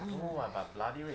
mm